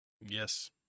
yes